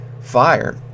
fire